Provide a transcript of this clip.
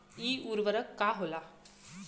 इ उर्वरक का होला?